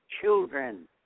children